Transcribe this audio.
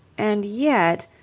and yet.